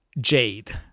jade